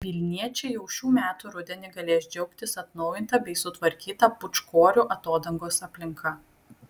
vilniečiai jau šių metų rudenį galės džiaugtis atnaujinta bei sutvarkyta pūčkorių atodangos aplinka